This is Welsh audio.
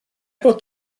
bod